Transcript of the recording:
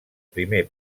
primer